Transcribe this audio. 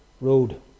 road